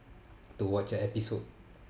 to watch a episode